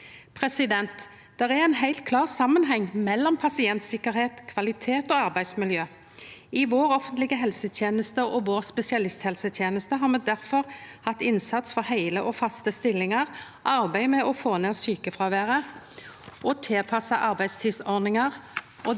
Det er ein heilt klar samanheng mellom pasientsikkerheit, kvalitet og arbeidsmiljø. I vår offentlege helseteneste og vår spesialisthelseteneste har me difor hatt ein innsats for heile og faste stillingar, arbeidd med å få ned sjukefråværet og tilpassa arbeidstidsordningar.